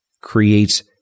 creates